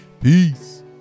peace